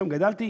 שם גדלתי.